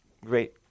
great